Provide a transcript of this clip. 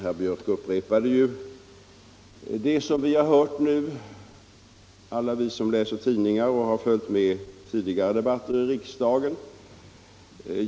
Herr Björck upprepade ju vad vi alla redan har hört, vi som läser tidningar och som har följt med tidigare debatter i riksdagen.